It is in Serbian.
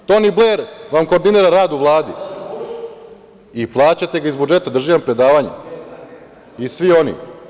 Toni Bler vam koordinira rad u Vladi i plaćate ga iz budžeta, drži vam predavanje i svi oni.